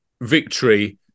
victory